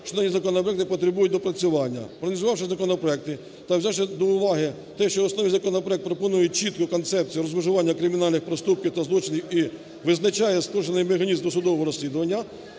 що даний законопроект не потребує допрацювання. Проаналізувавши законопроекти та взявши до уваги те, що основний законопроект пропонує чітку концепцію розмежування кримінальних проступків та злочинів і визначає спрощений механізм досудового розслідування,